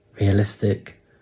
realistic